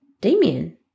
Damien